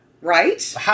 Right